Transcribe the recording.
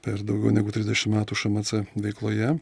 per daugiau negu trisdešimt metų šmc veikloje